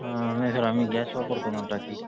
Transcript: हां नाही सर आम्हीही गॅस वापरतो ना टाकी